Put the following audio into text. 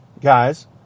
guys